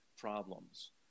problems